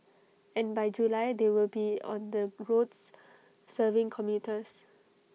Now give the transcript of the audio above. and by July they will be on the roads serving commuters